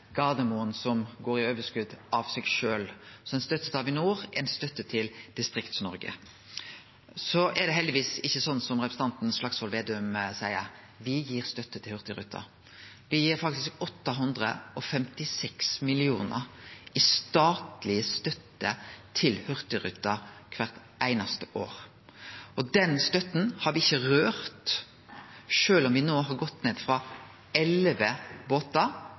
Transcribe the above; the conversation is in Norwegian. Gardermoen, som går med overskot av seg sjølv. Så ei støtte til Avinor er ei støtte til Distrikts-Noreg. Så er det heldigvis ikkje slik som representanten Slagsvold Vedum seier. Me gir støtte til Hurtigruten. Me gir faktisk 856 mill. kr i statleg støtte til Hurtigruten kvart einaste år. Denne støtta har me ikkje rørt, sjølv om ein no har gått ned frå elleve båtar